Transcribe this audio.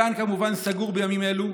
הגן, כמובן, סגור בימים אלו,